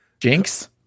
Jinx